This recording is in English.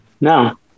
No